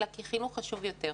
אלא כי חינוך חשוב יותר,